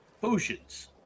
potions